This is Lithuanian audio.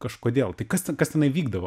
kažkodėl tai kas ten kas tenai vykdavo